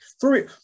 Three